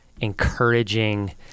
encouraging